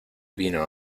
vino